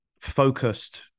focused